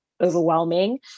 overwhelming